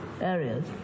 areas